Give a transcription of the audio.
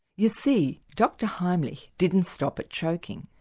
you see dr heimlich didn't stop at choking.